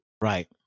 Right